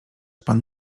pan